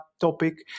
topic